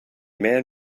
man